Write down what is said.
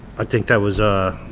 i think that was